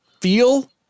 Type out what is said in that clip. feel